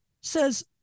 says